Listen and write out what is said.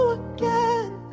again